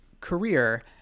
career